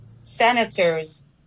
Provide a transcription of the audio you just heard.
senators